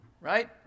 right